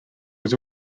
was